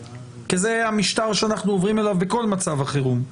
כי זה המשטר שאנחנו עוברים אליו בכל מצב החירום.